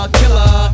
killer